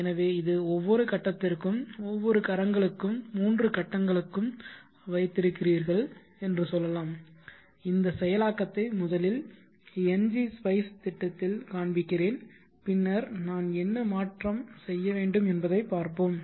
எனவே இது ஒவ்வொரு கட்டத்திற்கும் ஒவ்வொரு கரங்களுக்கும் மூன்று கட்டங்களுக்கும் வைத்திருக்கிறீர்கள் என்று சொல்லலாம் இந்த செயலாக்கத்தை முதலில் Ngspice திட்டத்தில் காண்பிக்கிறேன் பின்னர் நான் என்ன மாற்றம் செய்ய வேண்டும் என்பதைப் பார்ப்போம்